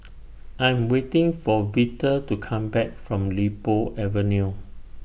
I Am waiting For Vita to Come Back from Li Po Avenue